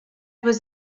was